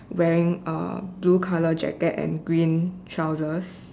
wearing a blue colour jacket and green trousers